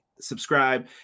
subscribe